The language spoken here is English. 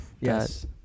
Yes